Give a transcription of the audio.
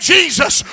Jesus